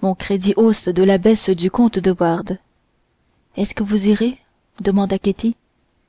mon crédit hausse de la baisse du comte de wardes est-ce que vous irez demanda